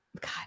God